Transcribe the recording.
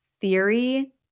theory